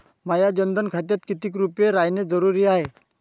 माह्या जनधन खात्यात कितीक रूपे रायने जरुरी हाय?